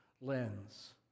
lens